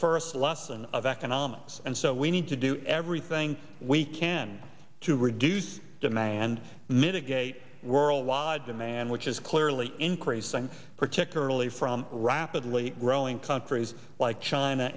first lesson of economics and so we need to do everything we can to reduce demand mitigate worldwide demand which is clearly increasing particularly from rapidly growing countries like china